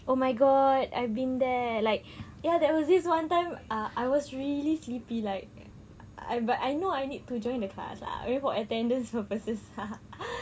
oh my god I've been there like ya there was this one time ah I was really sleepy like I but I know I need to join the class lah I mean for attendance purposes